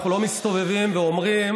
אנחנו לא מסתובבים ואומרים: